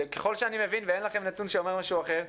ככול שאני מבין, ואין לכם נתון שאומר משהו אחר,